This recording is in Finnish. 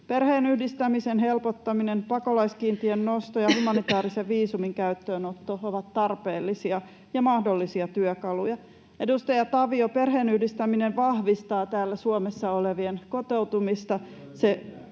Perheenyhdistämisen helpottaminen, pakolaiskiintiön nosto ja humanitäärisen viisumin käyttöönotto ovat tarpeellisia ja mahdollisia työkaluja. Edustaja Tavio, perheenyhdistäminen vahvistaa täällä Suomessa olevien kotoutumista.